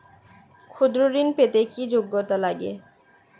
ক্ষুদ্র ঋণ পেতে কি যোগ্যতা লাগে?